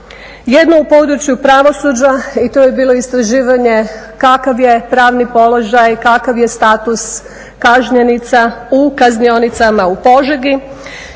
jedno u području pravosuđa i to je bilo istraživanje kakav je pravni položaj, kakav je status kažnjenica u kaznionicama u Požegi,